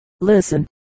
Listen